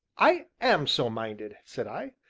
i am so minded, said i.